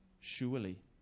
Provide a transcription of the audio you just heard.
surely